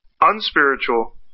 unspiritual